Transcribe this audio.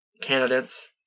candidates